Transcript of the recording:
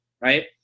right